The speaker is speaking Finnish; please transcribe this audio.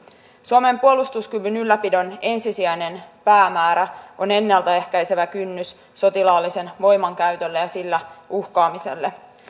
suomen puolustuskyvyn ylläpidon ensisijainen päämäärä on ennalta ehkäisevä kynnys sotilaallisen voiman käytölle ja sillä uhkaamiselle